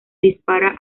dispara